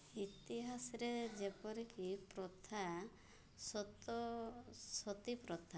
ଇତିହାସରେ ଯେପରିକି ପ୍ରଥା ସତ ସତୀ ପ୍ରଥା